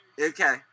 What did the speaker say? Okay